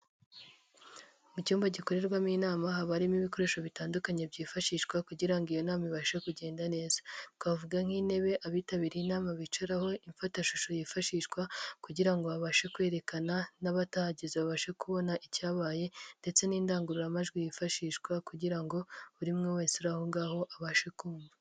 Mu cyumba gikorerwamo inama, haba harimo ibikoresho bitandukanye, byifashishwa kugira ngo iyo nama ibashe kugenda neza. Twavuga nk'intebe, abitabiriye inama bicaraho, imfatashusho yifashishwa kugira ngo babashe kwerekana n'abatahageze babashe kubona icyabaye, ndetse n'indangururamajwi yifashishwa kugira ngo buri muntu wese uri aho ngaho abashe kumva.